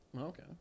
Okay